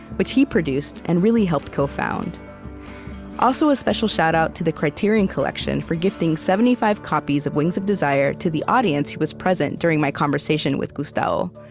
which he produced and really helped co-found also a special shout out to the criterion collection for gifting seventy five copies of wings of desire to the audience who was present during my conversation with gustavo.